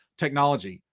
technology,